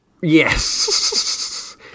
Yes